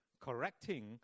correcting